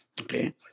Okay